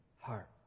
heart